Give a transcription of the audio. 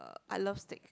I love steak